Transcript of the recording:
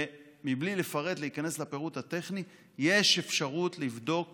ובלי לפרט, להיכנס לפירוט הטכני, יש אפשרות לבדוק